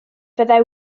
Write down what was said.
fyddai